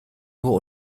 nur